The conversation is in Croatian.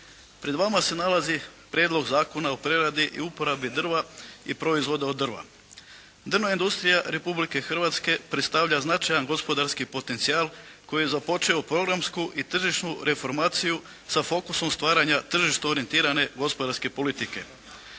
Pred vama se nalazi Prijedlog zakona o preradi i uporabi drva i proizvoda od drva. Drvna industrija Republike Hrvatske predstavlja značajan gospodarski potencijal koji je započeo programsku i tržišnu reformaciju sa fokusom stvaranja tržišta orijentirane gospodarske politike.